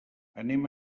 anem